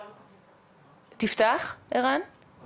מי להתמודדות עם סמים ואלכוהול ספציפית דרך הפריזמה של